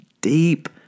deep